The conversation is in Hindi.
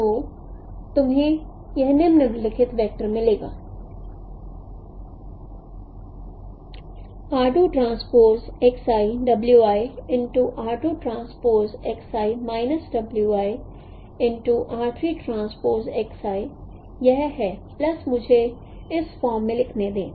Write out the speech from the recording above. तो तुमहे निम्नलिखित वेक्टर मिलेगा r 2 transpose X I w I into r 2 transpose X i minus y I into r 3 transpose X I यह है I प्लस मुझे इस फॉर्म में लिखने दें